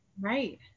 right